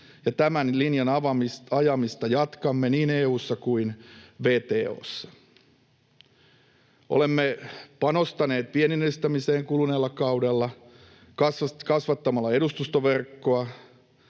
tämän linjan ajamista jatkamme niin EU:ssa kuin WTO:ssa. Olemme panostaneet viennin edistämiseen kuluneella kaudella kasvattamalla edustustoverkkoa,